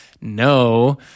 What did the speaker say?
no